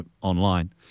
online